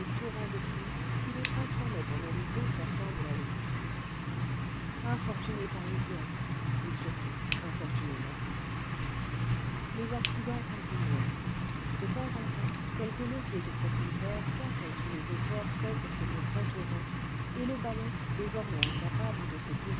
torrents de pluie qui les transformaient en oripeaux sortant de la lessive infortunées parisiennes et surtout infortunés maris les accidents continuaient de temps en temps quelque levier de propulseur cassait sous les efforts faits pour tenir tête au vent et le ballon désormais incapable de se